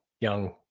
young